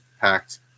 packed